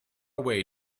way